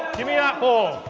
give me that ball!